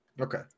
okay